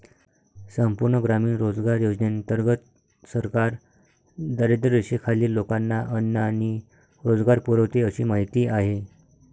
संपूर्ण ग्रामीण रोजगार योजनेंतर्गत सरकार दारिद्र्यरेषेखालील लोकांना अन्न आणि रोजगार पुरवते अशी माहिती आहे